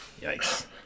Yikes